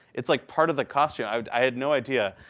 it's like part of the costume. i had no idea.